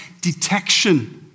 detection